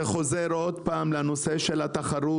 זה חוזר עוד פעם לנושא של התחרות,